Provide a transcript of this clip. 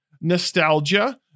Nostalgia